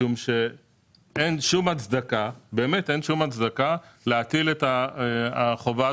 משום שאין שום הצדקה להטיל את החובה